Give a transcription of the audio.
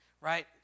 right